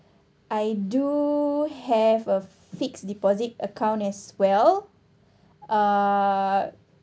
I do have a fixed deposit account as well uh